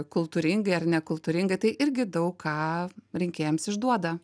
kultūringai ar nekultūringai tai irgi daug ką rinkėjams išduoda